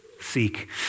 seek